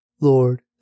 Lord